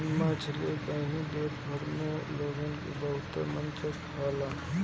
मछरी करी देश भर में लोग बहुते मन से खाला